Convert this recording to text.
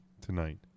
tonight